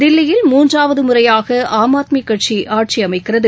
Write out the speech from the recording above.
தில்லியில் மூன்றாவது முறையாக ஆம் ஆத்மி கட்சி ஆட்சி அமைக்கிறது